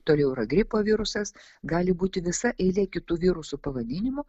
toliau yra gripo virusas gali būti visa eilė kitų virusų pavadinimų